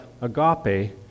agape